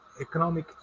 economic